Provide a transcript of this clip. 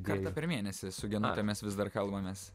kartą per mėnesį su genute mes vis dar kalbamės